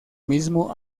mismo